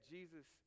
Jesus